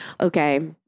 Okay